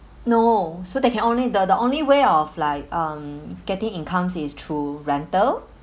no so they can only the the only way of like um getting income is through rental